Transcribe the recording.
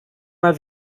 mal